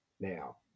Now